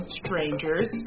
strangers